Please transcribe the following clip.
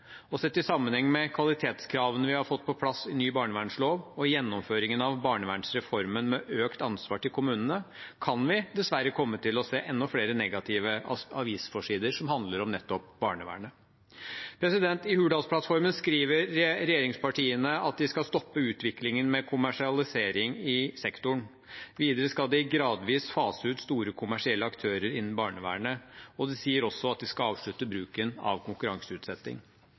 Og sett i sammenheng med kvalitetskravene vi har fått på plass i ny barnevernslov, og gjennomføringen av barnevernsreformen med økt ansvar til kommunene, kan vi dessverre komme til å se enda flere negative avisforsider som handler om nettopp barnevernet. I Hurdalsplattformen skriver regjeringspartiene at de skal stoppe utviklingen med kommersialisering i sektoren. Videre skal de gradvis fase ut store kommersielle aktører innen barnevernet, og de sier også at de skal avslutte bruken av konkurranseutsetting.